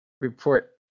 report